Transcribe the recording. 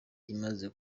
imaze